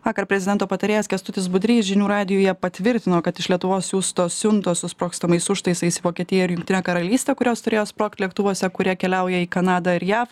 vakar prezidento patarėjas kęstutis budrys žinių radijuje patvirtino kad iš lietuvos siųstos siuntos su sprogstamais užtaisais į vokietiją ir jungtinę karalystę kurios turėjo sprogt lėktuvuose kurie keliauja į kanadą ir jav